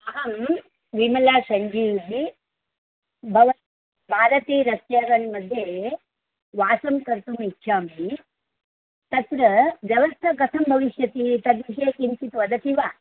अहं विमला सञ्जीविनी बव भारती रेस्टोरेण्ट्मध्ये वासं कर्तुम् इच्छामि तत्र व्यवस्था कथं भविष्यति तद्विषये किञ्चित् वदति वा